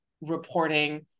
reporting